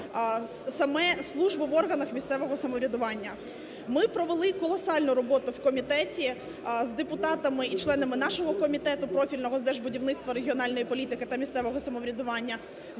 саме службу в органах місцевого самоврядування. Ми провели колосальну роботу в комітеті з депутатами і членами нашого Комітету профільного з держбудівництва, регіональної політики та місцевого самоврядування,